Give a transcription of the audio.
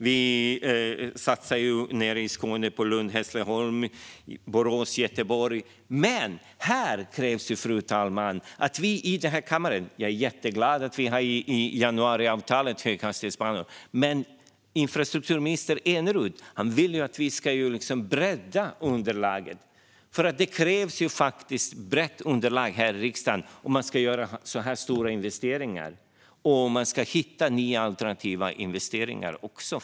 Vi satsar nere i Skåne på Lund-Hässleholm och även på Borås-Göteborg. Jag är jätteglad att vi i januariavtalet har höghastighetsbanor, men infrastrukturminister Eneroth vill att vi ska bredda underlaget. Det krävs ett brett underlag här i riksdagen om man ska göra så här stora investeringar och även hitta nya alternativa investeringar.